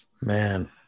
Man